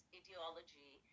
ideology